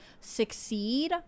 succeed